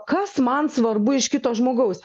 kas man svarbu iš kito žmogaus